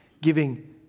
giving